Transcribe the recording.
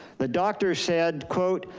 the doctor said, quote,